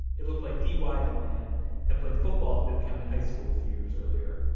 it looked like d y l a n had played football at bibb county high school a few years earlier.